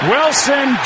Wilson